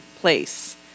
place